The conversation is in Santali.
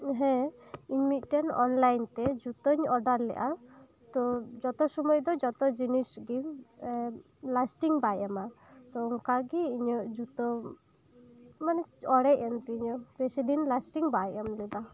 ᱦᱮᱸ ᱤᱧ ᱢᱤᱫᱴᱮᱱ ᱚᱱᱞᱟᱭᱤᱱ ᱛᱮ ᱡᱩᱛᱟᱹᱧ ᱚᱰᱟᱨ ᱞᱮᱫᱼᱟ ᱛᱚ ᱡᱚᱛᱚ ᱥᱩᱢᱟᱹᱭ ᱫᱚ ᱡᱚᱛᱚ ᱡᱤᱱᱤᱥ ᱜᱮᱢ ᱞᱟᱥᱴᱤᱝ ᱵᱟᱭ ᱮᱢᱟ ᱛᱚ ᱚᱱᱠᱟᱜᱮ ᱤᱧᱟᱹᱜ ᱡᱩᱛᱟᱹ ᱢᱟᱱᱮ ᱚᱲᱮᱡ ᱮᱱ ᱛᱤᱧᱟᱹ ᱵᱮᱥᱤ ᱫᱤᱱ ᱞᱟᱥᱴᱤᱝ ᱵᱟᱭ ᱮᱢ ᱞᱮᱫᱟ